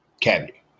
cavity